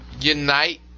unite